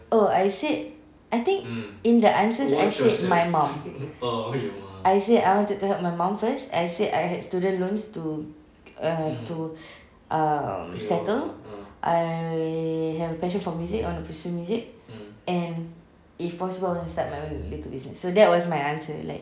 oh I said I think in the answers I said my mum I said I wanted to help my mum first I said I had student loans to err to um settle I have a passion for music I want to pursue music and if possible I want to start my own little business so that was my answer like